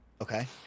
Okay